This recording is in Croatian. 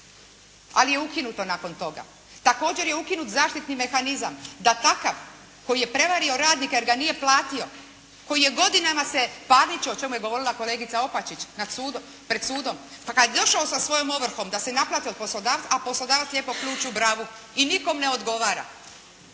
Ali je ukinuto nakon toga. Također je ukinut zaštitni mehanizam da takav koji je prevario radnika jer ga nije platio, koji je godinama se parničio o čemu je govorila kolegica Opačić pred sudom, pa kada je došao sa svojom ovrhom da se naplate od poslodavca, a poslodavac lijepo ključ u bravu i nikome ne odgovara.